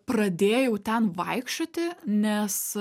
pradėjau ten vaikščioti nes